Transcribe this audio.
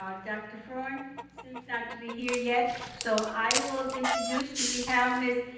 dr. freund seems not to be here yet so i will introduce, do we have ms.